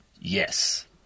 Yes